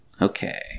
Okay